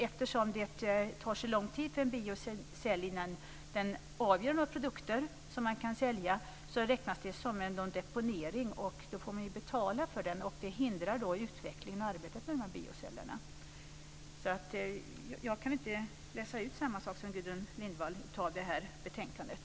Eftersom det tar så lång tid för en biocell att avge några produkter som går att sälja räknas den som en deponering. Då får man betala för den. Det hindrar utvecklingen och arbetet med biocellerna. Jag kan inte läsa ut samma sak som Gudrun Lindvall av betänkandet.